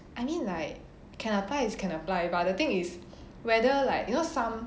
I mean like can is can apply but the thing is whether like you know some